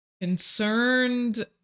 Concerned